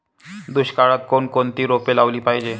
दुष्काळात कोणकोणती रोपे लावली पाहिजे?